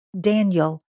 Daniel